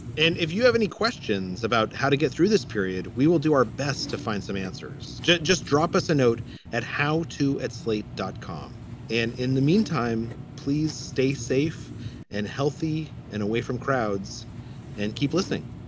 and if you have any questions about how to get through this period, we will do our best to find some answers. just just drop us a note at how to at slate dot com and in the meantime, please stay safe and healthy and away from crowds and keep listening